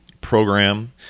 program